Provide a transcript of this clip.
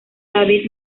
david